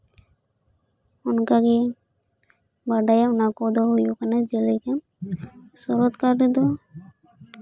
ᱚᱱᱠᱟ ᱜᱮ ᱵᱟᱰᱟᱭᱟ ᱚᱱᱟ ᱠᱚᱫᱚ ᱦᱩᱭᱩᱜ ᱠᱟᱱᱟ ᱡᱮᱞᱮᱠᱟ ᱥᱚᱨᱚᱛᱠᱟᱞ ᱨᱮᱫᱚ